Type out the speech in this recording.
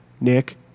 Nick